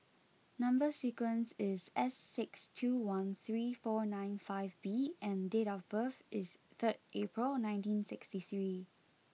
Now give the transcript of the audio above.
number sequence is S six two one three four nine five B and date of birth is third April nineteen sixty three